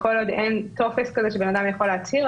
שכל עוד אין טופס כזה שבן אדם יכול להצהיר,